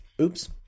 oops